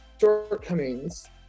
shortcomings